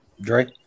Drake